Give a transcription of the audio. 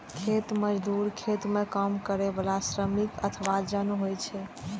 खेत मजदूर खेत मे काम करै बला श्रमिक अथवा जन होइ छै